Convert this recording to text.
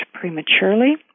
prematurely